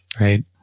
right